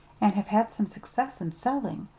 and have had some success in selling.